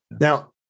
Now